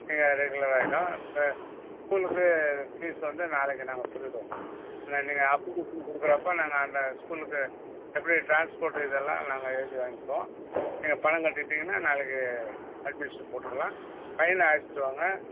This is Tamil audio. நீங்கள் ரெகுலராயிடும் இப்போ ஸ்கூலுக்கு ஃபீஸ் வந்து நாளைக்கு நாங்கள் சொல்லிவிடுவோம் என்ன நீங்கள் அப்ளிகேஷன் கொடுக்குறப்ப நாங்கள் அந்த ஸ்கூலுக்கு எப்படி டிரான்ஸ்போர்ட் இதெல்லாம் நாங்கள் எழுதி வாங்கிக்குவோம் நீங்கள் பணம் கட்டிவிட்டீங்கனா நாளைக்கு அட்மிஷன் போட்டுக்கலாம் பையனை அழைச்சிட்டு வாங்க